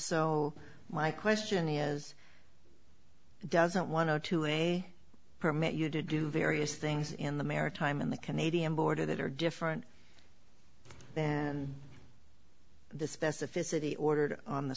so my question is doesn't want to go to a permit you to do various things in the maritime and the canadian border that are different than the specificity ordered on the